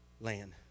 land